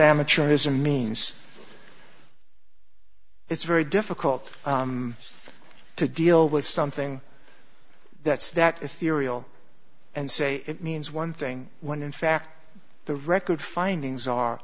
amateurism means it's very difficult to deal with something that's that theory and say it means one thing when in fact the record findings are